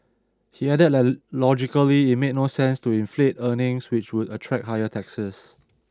he added that logically it made no sense to inflate earnings which would attract higher taxes